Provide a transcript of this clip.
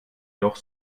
doch